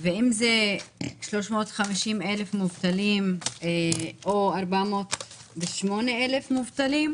ואם זה 350,000 מובטלים או 408,000 מובטלים,